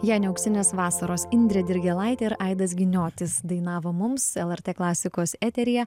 jei ne auksinės vasaros indrė dirgėlaitė ir aidas giniotis dainavo mums lrt klasikos eteryje